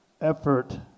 effort